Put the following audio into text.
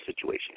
situation